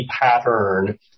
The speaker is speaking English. pattern